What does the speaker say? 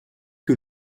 que